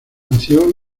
nació